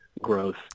growth